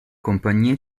compagnie